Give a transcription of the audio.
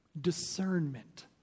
discernment